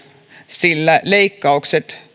sillä leikkaukset